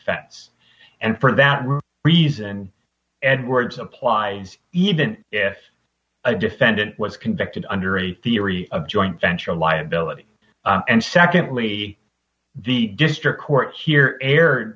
fats and for that reason and words applies even if a defendant was convicted under a theory of joint venture liability and secondly the district court here erred